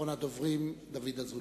אחרון הדוברים, חבר הכנסת דוד אזולאי.